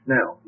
Now